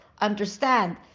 understand